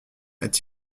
est